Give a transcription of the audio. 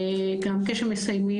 כמו שנאמר כאן.